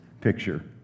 picture